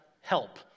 help